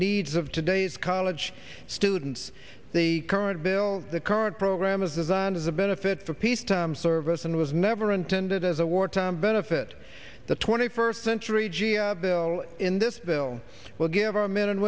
needs of today's college students the current bill the current program is designed as a benefit for peacetime service and it was never intended as a wartime benefit the twenty first century g i bill in this bill will give our men and